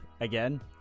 again